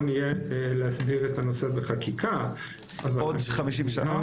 יהיה להסדיר את הנושא בחקיקה --- עוד 50 שנה?